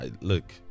look